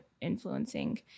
influencing